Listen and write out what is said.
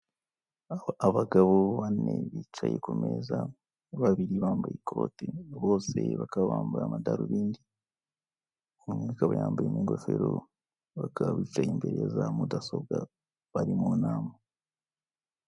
Abagabo bane bicaye ku meza, babiri bambaye ikote, bose bakaba bambaye amadarubindi, umwe akaba yambaye n'ingofero, bakaba bicaye imbere ya za mudasobwa bari mu nama.